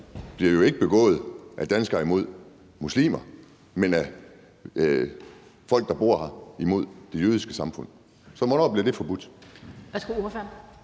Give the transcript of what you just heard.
bliver jo ikke begået af danskere imod muslimer, men af folk, der bor her, imod det jødiske samfund. Så hvornår bliver det forbudt?